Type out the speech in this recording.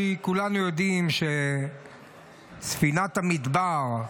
כי כולנו יודעים שלספינת המדבר,